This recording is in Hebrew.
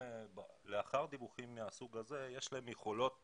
לאחר דיווחים מהסוג הזה, יש יכולות